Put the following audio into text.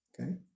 okay